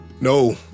No